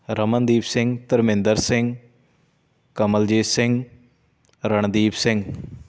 Ramandeep Singh Dharminder Singh Kamaljit Singh Randeep Singh